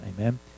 Amen